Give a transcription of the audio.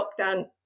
lockdown